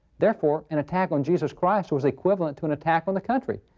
therefore, an attack on jesus christ was the equivalent to an attack on the country.